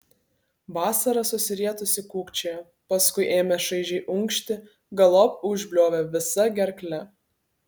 vasara susirietusi kūkčiojo paskui ėmė šaižiai unkšti galop užbliovė visa gerkle